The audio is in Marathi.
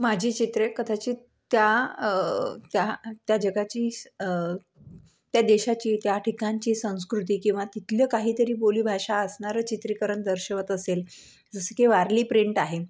माझी चित्रे कदाचित त्या त्या त्या जगाची त्या देशाची त्या ठिकाणची संस्कृती किंवा तिथलं काही तरी बोली भाषा असणारं चित्रीकरण दर्शवत असेल जसं की वारली प्रिंट आहे